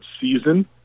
season